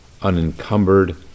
unencumbered